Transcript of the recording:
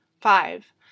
five